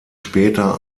später